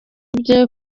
bye